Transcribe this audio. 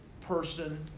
person